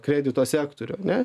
kredito sektorių ane